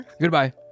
Goodbye